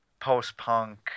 post-punk